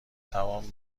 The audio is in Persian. توان